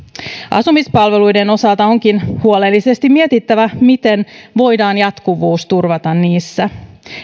asumispalveluiden osalta onkin huolellisesti mietittävä miten voidaan jatkuvuus turvata niissä